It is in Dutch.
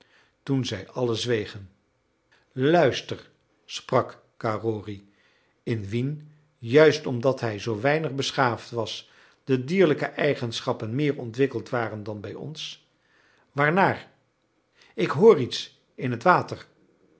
toen zij allen zwegen luister sprak carrory in wien juist omdat hij zoo weinig beschaafd was de dierlijke eigenschappen meer ontwikkeld waren dan bij ons waarnaar ik hoor iets in het water